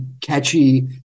catchy